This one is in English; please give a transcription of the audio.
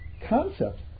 concept